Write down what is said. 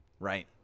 Right